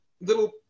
little